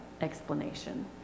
explanation